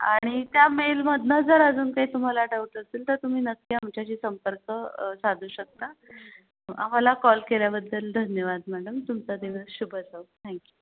आणि त्या मेलमधनं जर अजून काही तुम्हाला डाउट असेल तर तुम्ही नक्की आमच्याशी संपर्क साधू शकता आम्हाला कॉल केल्याबद्दल धन्यवाद मॅडम तुमचा दिवस शुभ जावो थँक्यू